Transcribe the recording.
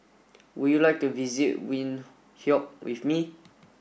would you like to visit Windhoek with me